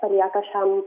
palieka šiam